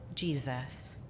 Jesus